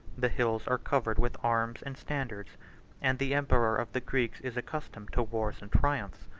the hills are covered with arms and standards and the emperor of the greeks is accustomed to wars and triumphs.